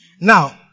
Now